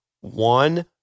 one